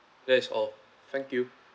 that is all thank you